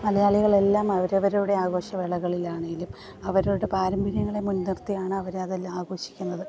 മലയാളികളെല്ലാം അവരവരുടെ ആഘോഷവേളകളിലാണെങ്കിലും അവരവരുടെ പാരമ്പര്യങ്ങളെ മുൻ നിർത്തിയാണ് അവർ അതെല്ലാം ആഘോഷിക്കുന്നത്